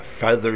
Feathers